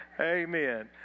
Amen